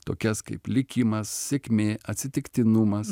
tokias kaip likimas sėkmė atsitiktinumas